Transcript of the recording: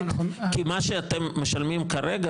כי מה שאתם משלמים כרגע,